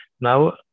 Now